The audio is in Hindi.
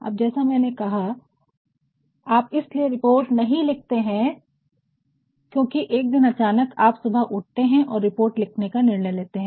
अब जैसा मैंने कहा आप इसलिए रिपोर्ट नहीं लिखते हैं क्योकि एक दिन अचानक आप सुबह उठते हैं और रिपोर्ट लिखने का निर्णय लेते हैं